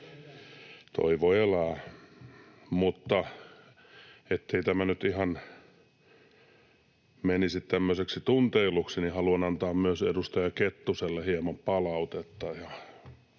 Toivo elää. — Mutta ettei tämä nyt ihan menisi tämmöiseksi tunteiluksi, niin haluan antaa edustaja Kettuselle myös hieman palautetta.